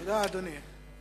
תודה, אדוני.